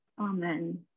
Amen